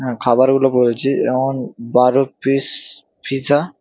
হ্যাঁ খাবারগুলো বলছি যেমন বারো পিস পিজা